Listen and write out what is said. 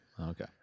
okay